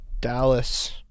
Dallas